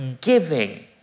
giving